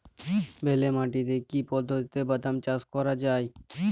বেলে মাটিতে কি পদ্ধতিতে বাদাম চাষ করা যায়?